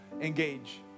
engage